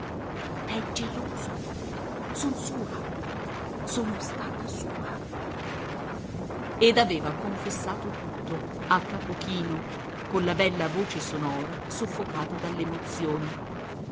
è geloso son sua sono stata sua ed aveva confessato tutto a capo chino con la bella voce sonora soffocata